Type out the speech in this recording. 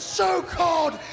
so-called